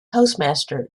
postmaster